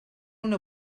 una